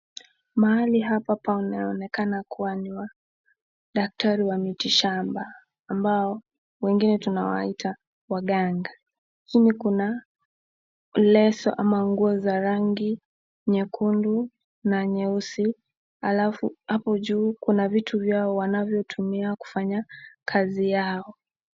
Mahali hapa panaonekana kuwa niwa, daktari wa miti shamba, ambao, wengine tuna waita, waganga, chini kuna, leso ama nguo za rangi, nyekundu, na nyeusi, alafu hapo juu kuna vitu vyao wanavyo tumia kufanya kazi yao.